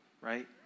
right